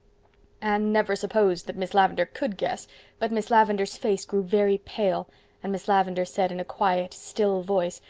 anne never supposed that miss lavendar could guess but miss lavendar's face grew very pale and miss lavendar said in a quiet, still voice,